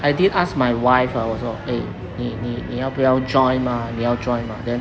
I did ask my wife ah also eh 你你你要不要 join 吗你要 join 吗 then